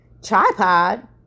Tripod